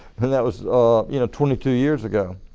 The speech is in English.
that was ah you know twenty two years ago.